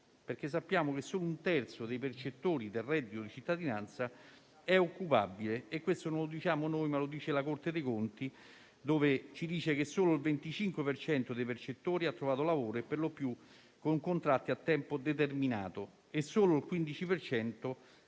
perché sappiamo che solo un terzo dei percettori del reddito di cittadinanza è occupabile. Questo non lo diciamo noi, ma la Corte dei conti, che attesta che solo il 25 per cento dei percettori ha trovato lavoro, per lo più con contratti a tempo determinato, e solo il 15